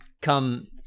Come